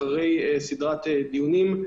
אחרי סדרת דיונים,